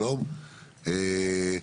שלום,